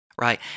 Right